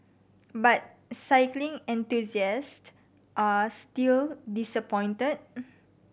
but cycling enthusiast are still disappointed